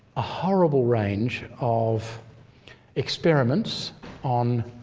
a horrible range of experiments on